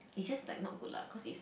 it's just like not good lah cause it's